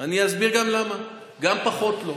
גם פחות לא.